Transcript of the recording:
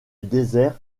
désert